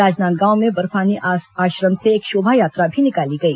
राजनांदगांव में बर्फानी आश्रम से एक शोभायात्रा भी निकाली गई